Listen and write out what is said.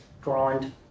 grind